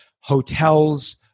hotels